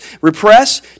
repress